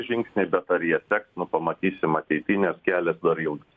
žingsniai bet ar jie seks nu pamatysim ateity nes kelias dar ilgas